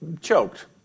choked